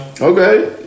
Okay